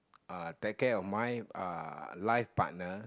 uh take care of my uh life partner